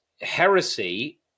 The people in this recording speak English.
heresy